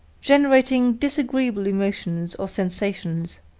generating disagreeable emotions or sensations,